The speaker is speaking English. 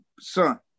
Son